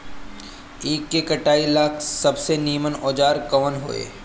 ईख के कटाई ला सबसे नीमन औजार कवन होई?